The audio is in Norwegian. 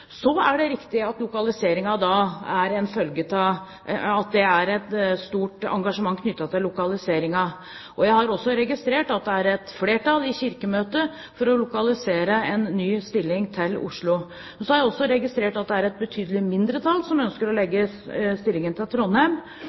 Så er det riktig at det er et stort engasjement knyttet til lokaliseringen. Jeg har også registrert at det er et flertall i Kirkemøtet for å lokalisere en ny stilling til Oslo. Men så har jeg også registrert at det et betydelig mindretall som ønsker å legge stillingen til Trondheim,